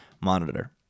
monitor